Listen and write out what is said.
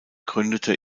gründete